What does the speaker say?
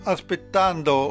Aspettando